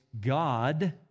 God